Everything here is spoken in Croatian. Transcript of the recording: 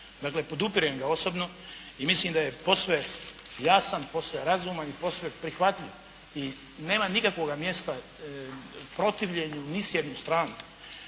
Dakle podupirem ga osobno i mislim da je posve jasan, posve razuman i posve prihvatljiv i nema nikakvog mjesta protivljenju ni s jednom stranom.